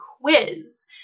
quiz